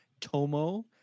Tomo